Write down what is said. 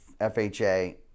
FHA